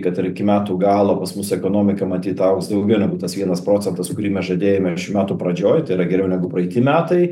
kad ir iki metų galo pas mus ekonomika matyt augs daugiau negu tas vienas procentas kurį mes žadėjome šių metų pradžioj tai yra geriau negu praeiti metai